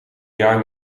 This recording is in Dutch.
jaar